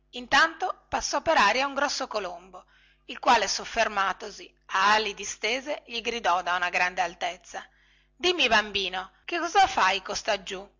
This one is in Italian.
intanto passò su per aria un grosso colombo il quale soffermatosi a ali distese gli gridò da una grande altezza dimmi bambino che cosa fai costaggiù